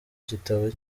gitabo